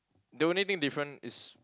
the only thing different is